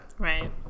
Right